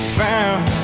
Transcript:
found